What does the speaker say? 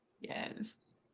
yes